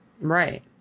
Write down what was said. Right